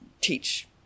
teach